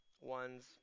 ones